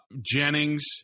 Jennings